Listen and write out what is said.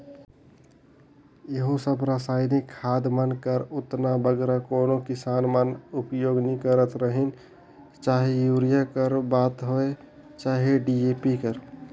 इहों सब रसइनिक खाद मन कर ओतना बगरा कोनो किसान मन उपियोग नी करत रहिन चहे यूरिया कर बात होए चहे डी.ए.पी कर